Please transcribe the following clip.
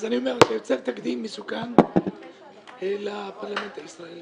אתה יוצר תקדים מסוכן לפרלמנט הישראלי.